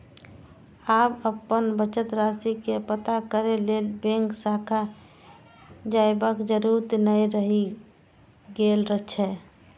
आब अपन बचत राशि के पता करै लेल बैंक शाखा जयबाक जरूरत नै रहि गेल छै